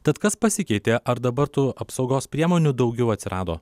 tad kas pasikeitė ar dabar tų apsaugos priemonių daugiau atsirado